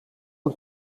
een